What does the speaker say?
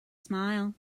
smile